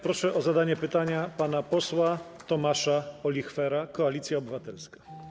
Proszę o zadanie pytania pana posła Tomasza Olichwera, Koalicja Obywatelska.